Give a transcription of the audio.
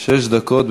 שש דקות.